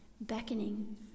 beckoning